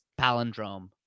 palindrome